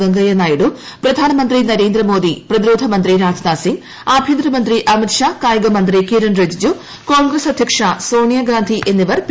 വെങ്കിട്ടുനായിഡു പ്രധാനമന്ത്രി നരേന്ദ്രമോദി പ്രതിരോധമന്ത്രി രാജ്നാഥ് ്സിങ് ആഭ്യന്തരമന്ത്രി അമിത് ഷാ കായികമന്ത്രി കിരൺ റിജിജു കോൺഗ്രസ്സ് അദ്ധ്യക്ഷ സോണിയ ഗാന്ധി എന്നിവർ പി